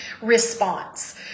response